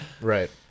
Right